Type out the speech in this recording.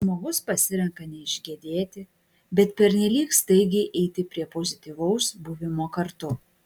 žmogus pasirenka neišgedėti bet pernelyg staigiai eiti prie pozityvaus buvimo kartu